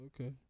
Okay